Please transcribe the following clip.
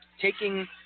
taking